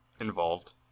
involved